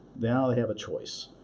now they have a choice.